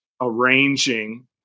arranging